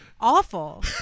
Awful